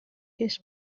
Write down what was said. his